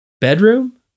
bedroom